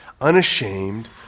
unashamed